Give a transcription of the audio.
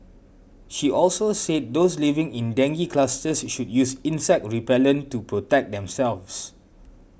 she also said those living in dengue clusters should use insect repellent to protect themselves